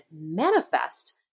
manifest